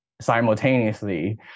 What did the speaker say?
simultaneously